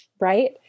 Right